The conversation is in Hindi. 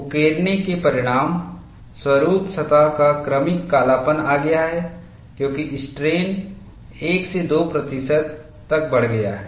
उकेरने के परिणाम स्वरूप सतह का क्रमिक कालापन आ गया है क्योंकि स्ट्रेन 1 से 2 प्रतिशत तक बढ़ गया है